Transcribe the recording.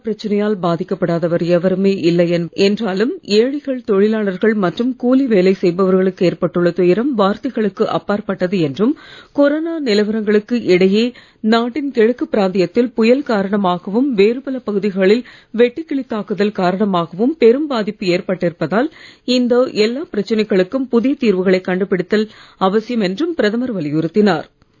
corona பிரச்சனையால் பாதிக்கப் படாதவர் எவருமே இல்லை என்றாலும் ஏழைகள் தொழிலாளர்கள் மற்றும் கூலி வேலை செய்பவர்களுக்கு ஏற்பட்டுள்ள துயரம் வார்த்தைகளுக்கு அப்பாற்பட்டது என்றும் கொரோனா நிலவரங்களுக்கு இடையில் நாட்டின் கிழக்குப் பிராந்தியத்தில் புயல் காரணமாகவும் வேறுபல பகுதிகளில் வெட்டுக்கிளித் தாக்குதல் காரணமாகவும் பெரும் பாதிப்பு எற்பட்டிருப்பதால் இந்த எல்லா பிரச்சனைகளுக்கும் புதிய தீர்வுகளைக் கண்டுபிடித்தல் அவசியம் என்று பிரதமர் வலியுறுத்தினார்